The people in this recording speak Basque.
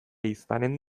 izanen